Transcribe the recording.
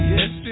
Yes